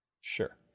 Sure